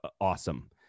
awesome